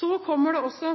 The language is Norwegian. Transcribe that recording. Så kommer det også